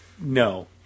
no